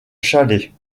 chalais